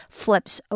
flips